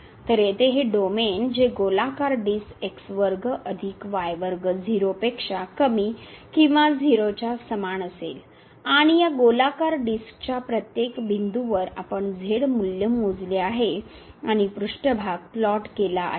तर येथे हे डोमेन जे गोलाकार डिस्क x वर्ग अधिक y वर्ग 0 पेक्षा कमी किंवा 0 च्या समान असेल आणि या गोलाकार डिस्कच्या प्रत्येक बिंदूवर आपण मूल्य मोजले आहे आणि पृष्ठभाग प्लॉट केला आहे